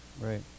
Right